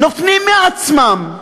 נותנים מעצמם,